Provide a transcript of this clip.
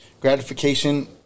gratification